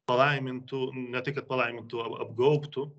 palaimintų ne tai kad palaimintų ap apgaubtų